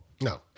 No